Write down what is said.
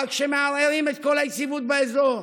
אבל כשמערערים את כל היציבות באזור?